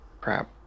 Crap